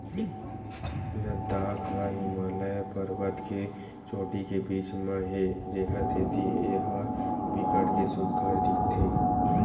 लद्दाख ह हिमालय परबत के चोटी के बीच म हे जेखर सेती ए ह बिकट के सुग्घर दिखथे